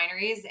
wineries